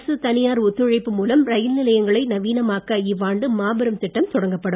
அரசு தனியார் ஒத்துழைப்பு மூலம் ரயில் நிலையங்களை நவீனமாக்க இவ்வாண்டு மாபெரும் திட்டம் தொடக்கப்படும்